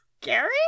Gary